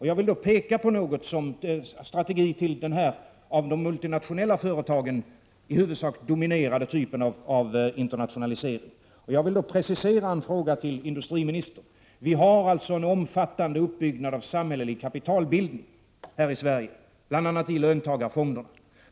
Jag vill då peka på en strategi till den i huvudsak av de multinationella företagen dominerade typen av internationalisering. Jag vill också precisera en fråga till industriministern. Vi har en omfattande uppbyggnad av samhällelig kapitalbildning här i Sverige, bl.a. i löntagarfonderna.